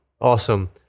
Awesome